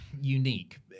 unique